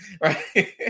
right